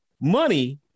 money